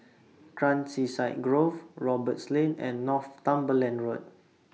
Countryside Grove Roberts Lane and Northumberland Road